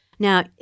Now